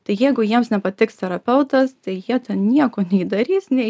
tai jeigu jiems nepatiks terapeutas tai jie ten nieko nei darys nei